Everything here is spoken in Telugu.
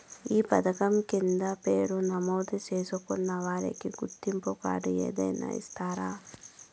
ఈ పథకం కింద పేరు నమోదు చేసుకున్న వారికి గుర్తింపు కార్డు ఏదైనా ఇస్తారా?